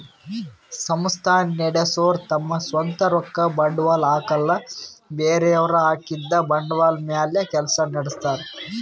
ಸಂಸ್ಥಾ ನಡಸೋರು ತಮ್ ಸ್ವಂತ್ ರೊಕ್ಕ ಬಂಡ್ವಾಳ್ ಹಾಕಲ್ಲ ಬೇರೆಯವ್ರ್ ಹಾಕಿದ್ದ ಬಂಡ್ವಾಳ್ ಮ್ಯಾಲ್ ಕೆಲ್ಸ ನಡಸ್ತಾರ್